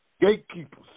gatekeepers